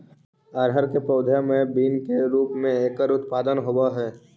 अरहर के पौधे मैं बीन के रूप में एकर उत्पादन होवअ हई